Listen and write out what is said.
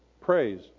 praise